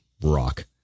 rock